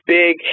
big